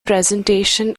presentation